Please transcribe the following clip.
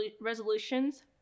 resolutions